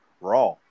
raw